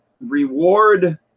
reward